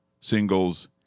singles